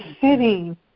sitting